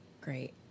Great